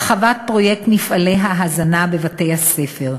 הרחבת פרויקט מפעלי ההזנה בבתי-הספר,